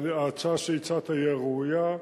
וההצעה שהצעת היא הראויה.